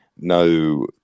no